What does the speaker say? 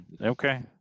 Okay